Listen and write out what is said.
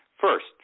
First